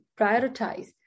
prioritize